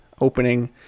opening